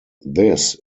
this